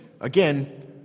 Again